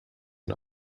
and